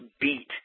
beat